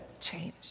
change